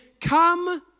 Come